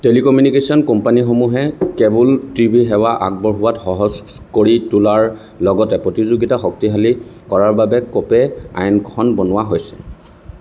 telecommunication কোম্পানীসমূহে cable TV সেৱা আগবঢ়োৱাত সহজ কৰি তোলাৰ লগতে প্ৰতিযোগিতা শক্তিশালী কৰাৰ বাবে ক'পে আইনখন বনোৱা হৈছে